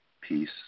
peace